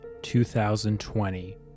2020